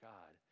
God